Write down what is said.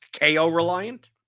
KO-reliant